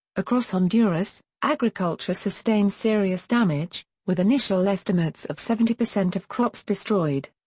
across honduras, agriculture sustained serious damage, with initial estimates of seventy percent of crops destroyed.